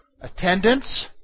attendance